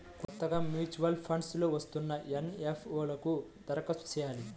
కొత్తగా mutual funds లో వస్తున్న ఎన్.ఎఫ్.ఓ లకు దరఖాస్తు చెయ్యాలి